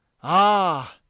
ah!